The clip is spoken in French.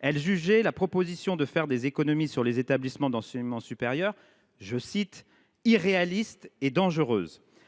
Elle jugeait la proposition de faire des économies sur les établissements d’enseignement supérieur « irréaliste et dangereuse ».